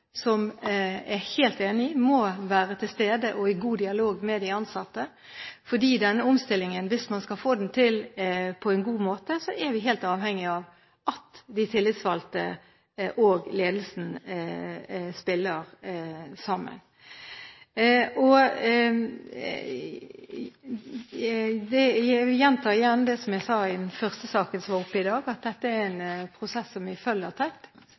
som jeg er helt enig i må være til stede og i god dialog med de ansatte. For hvis man skal få til denne omstillingen på en god måte, er vi helt avhengige av at de tillitsvalgte og ledelsen spiller sammen. Jeg gjentar gjerne det jeg sa i den første saken som var oppe i dag, at dette er en prosess som vi følger tett